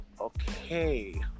Okay